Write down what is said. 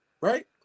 right